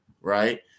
right